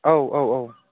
औ औ औ